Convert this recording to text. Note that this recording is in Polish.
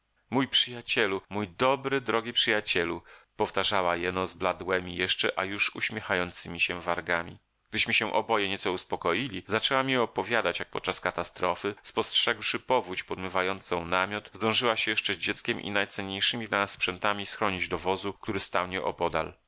mój przyjacielu mój dobry drogi przyjacielu powtarzała jeno zbladłemi jeszcze a już uśmiechającemi się wargami gdyśmy się oboje nieco uspokoili zaczęła mi opowiadać jak podczas katastrofy spostrzegłszy powódź podmywającą namiot zdążyła się jeszcze z dzieckiem i najcenniejszymi dla nas sprzętami schronić do wozu który stał nie